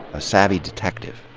a savvy detective.